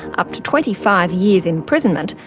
up to twenty five years imprisonment,